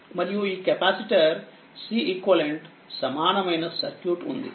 మరియుఈ capacitor Ceqసమానమైనసర్క్యూట్ఉంది